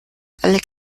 alle